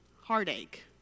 heartache